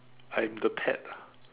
I'm the pet ah